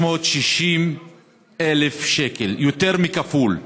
ל-560,000 שקלים, יותר מכפול.